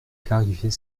clarifier